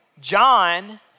John